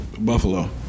Buffalo